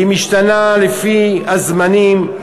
היא משתנה לפי הזמנים,